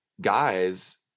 guys